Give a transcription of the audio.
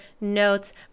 notes